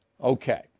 Okay